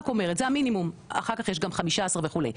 אומרת זה המינימום אחר כך יש גם 15 וכו.